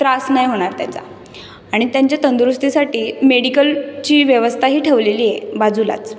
त्रास नाही होणार त्याचा आणि त्यांच्या तंदुरुस्तीसाठी मेडिकलची व्यवस्थाही ठेवलेली आहे बाजूलाच